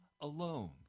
alone